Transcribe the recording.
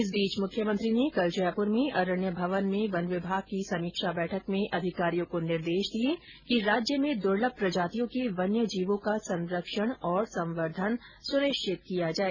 इस बीच मुख्यमंत्री ने कल जयपुर में अरण्य भवन में वन विभाग की समीक्षा बैठक में अधिकारियों को निर्देश दिए कि राज्य में दूर्लभ प्रजातियों के वन्य जीवों का संरक्षण और संवर्धन सुनिश्चित किया जाए